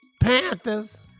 Panthers